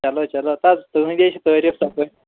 چلو چلو سر تُہٕنٛدۍ ہَے چھِ تعریٖف ژۄپٲرۍ